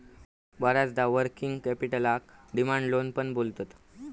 बऱ्याचदा वर्किंग कॅपिटलका demand loan पण बोलतत